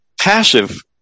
passive